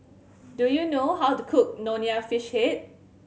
do you know how to cook Nonya Fish Head